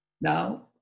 Now